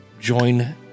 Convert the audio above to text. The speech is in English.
join